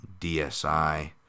DSI